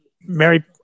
Mary